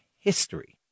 history